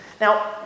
Now